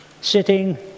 sitting